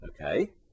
Okay